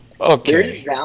okay